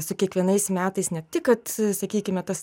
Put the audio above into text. su kiekvienais metais ne tik kad sakykime tas